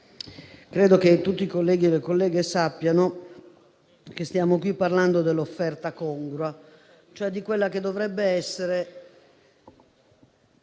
credo che tutti i colleghi e le colleghe sappiano che stiamo qui parlando dell'offerta congrua, e cioè di quella che dovrebbe essere